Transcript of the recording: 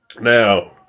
Now